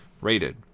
rated